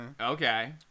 Okay